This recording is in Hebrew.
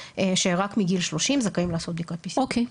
שרק מגיל 30 זכאים לעשות בדיקת PCR. אוקיי,